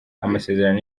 amasezerano